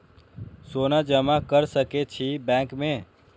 सोना जमा कर सके छी बैंक में?